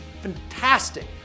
fantastic